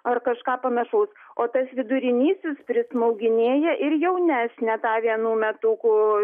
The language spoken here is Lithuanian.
ar kažką panašaus o tas vidurinysis prismauginėja ir jaunesnę tą vienų metukų